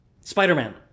Spider-Man